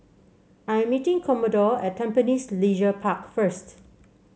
I'm meeting Commodore at Tampines Leisure Park first